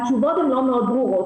התשובות לא מאוד ברורות.